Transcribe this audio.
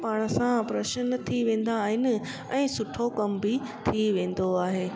पाण सां प्रसन थी वेंदा आहिनि ऐं सुठो कमु बि थी वेंदो आहे